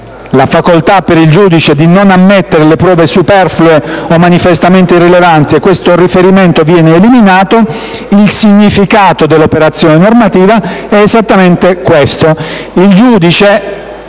la facoltà per il giudice di non ammettere le prove manifestamente superflue o irrilevanti e questo riferimento viene eliminato, il significato dell'operazione normativa è esattamente questo: